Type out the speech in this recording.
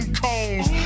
cones